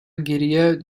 geriye